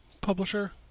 publisher